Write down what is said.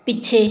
ਪਿੱਛੇ